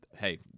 Hey